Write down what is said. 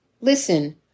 Listen